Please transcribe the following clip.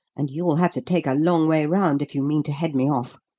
and you'll have to take a long way round if you mean to head me off.